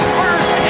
first